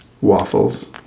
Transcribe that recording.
Waffles